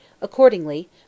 Accordingly